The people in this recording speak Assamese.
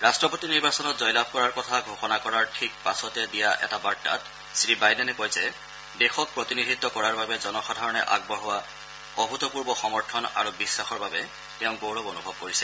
ৰট্টপতি নিৰ্বাচনত জয়লাভ কৰাৰ কথা ঘোষণা কৰাৰ ঠিক পাছতে দিয়া এটা বাৰ্তাত শ্ৰীবাইডেনে কয় যে দেশক প্ৰতিনিধিত্ব কৰাৰ বাবে জনসাধাৰণে আগবঢ়োৱা অভূতপূৰ্ব সমৰ্থন আৰু বিশ্বাসৰ বাবে তেওঁ গৌৰৱ অনুভৱ কৰিছে